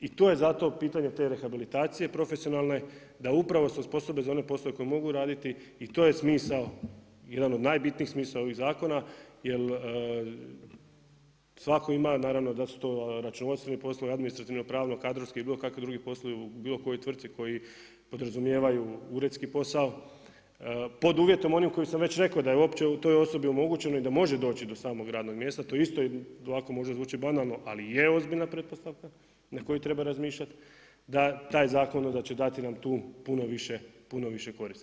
I to je zato pitanje te rehabilitacije profesionalne da upravo se osposobe za one poslove koje mogu raditi i to je smisao, jedan od najbitnijih smisla ovog zakona jer svatko ima, naravno da su to računovodstveni poslovi, administrativni, pravni, kadrovski ili bilo kakvi drugi poslovi u bilo kojoj tvrtki koji podrazumijevaju uredski posao pod uvjetom onim koji sam već rekao da je uopće toj osobi omogućeno i da može doći do samog radnog mjesta, to isto i ovako možda zvuči banalno ali je ozbiljna pretpostavka na koju treba razmišljati da taj zakon onda će dati nam tu puno više, puno više koristi.